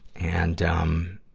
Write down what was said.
and, um,